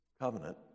covenant